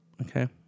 Okay